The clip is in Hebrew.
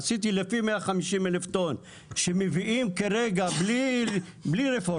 עשיתי לפי 150 אלף טון שמביאים כרגע בלי רפורמה,